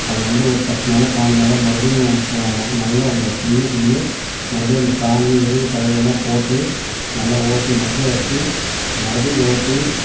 அது வந்து ஒரு பத்து நாளோ பாயிஞ்சு நாளோ மறுபடியும் மக்கு நல்லா அந்த பில் கில் மறுபுடியும் அந்த சாணி எருவு தழைகள் எல்லாம் போட்டு நல்லா ஓட்டி மக்க வச்சு மறுபிடியும் ஓட்டி